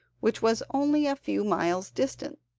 which was only a few miles distant,